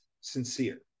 sincere